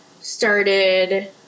started